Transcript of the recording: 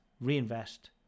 reinvest